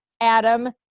Adam